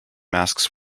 masks